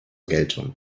geltung